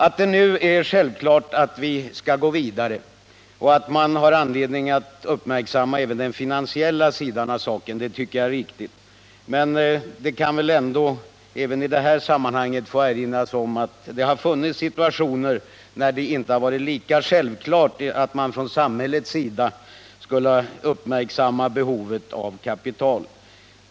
Att det nu är självklart att vi skall gå vidare och att man därvid har anledning att uppmärksamma även den finansiella sidan av saken tycker jag är riktigt. Men det kan väl ändå i detta sammanhang erinras om att det inte alltid varit lika självklart att man från samhällets sida skulle tillhandahålla kapital.